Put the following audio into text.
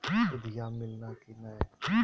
सुदिया मिलाना की नय?